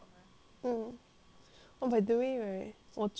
oh by the way right 我注意到 like his leg right